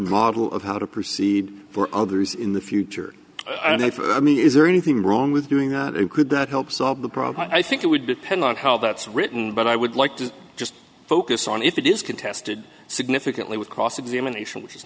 model of how to proceed for others in the future i think i mean is there anything wrong with doing that and could that help solve the problem i think it would depend on how that's written but i would like to just focus on if it is contested significantly with cross examination which is